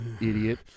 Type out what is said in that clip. idiot